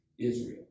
Israel